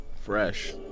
Fresh